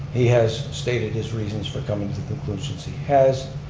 he has stated his reasons for coming to the conclusions he has,